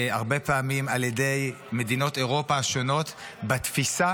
הרבה פעמים על ידי מדינות אירופה השונות, בתפיסה